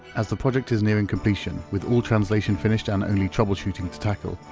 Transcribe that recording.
as the project is nearing completion with all translation finished and only troubleshooting to tackle,